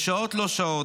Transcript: בשעות-לא-שעות,